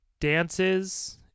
dances